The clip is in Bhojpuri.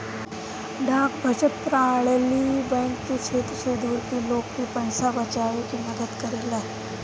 डाक बचत प्रणाली बैंक के क्षेत्र से दूर के लोग के पइसा बचावे में मदद करेला